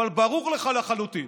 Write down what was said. אבל ברור לך לחלוטין